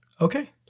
Okay